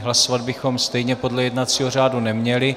Hlasovat bychom stejně podle jednacího řádu neměli.